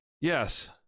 yes